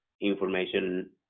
information